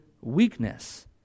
weakness